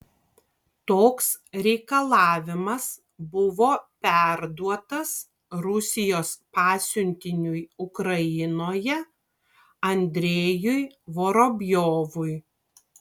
toks reikalavimas buvo perduotas rusijos pasiuntiniui ukrainoje andrejui vorobjovui